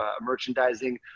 merchandising